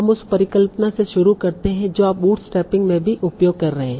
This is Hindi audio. हम उस परिकल्पना से शुरू करते हैं जो आप बूटस्ट्रैपिंग में भी उपयोग कर रहे हैं